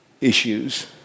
issues